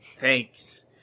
Thanks